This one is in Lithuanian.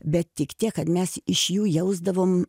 bet tik tiek kad mes iš jų jausdavom